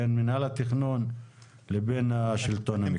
בין מינהל התכנון לבין השלטון המקומי.